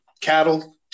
cattle